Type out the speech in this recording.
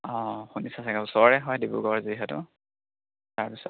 অঁ শুনিছে চাগে ওচৰতে হয় ডিব্ৰুগড় যিহেতু তাৰপিছত